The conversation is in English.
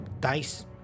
Dice